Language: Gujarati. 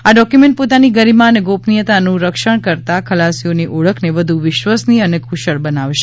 આ ડોક્યુમેન્ટ પોતાની ગરિમા અને ગોપનીયતાનું રક્ષણ કરતા ખલાસીઓની ઓળખને વધુ વિશ્વસનીય અને કુશળ બનાવશે